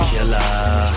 Killer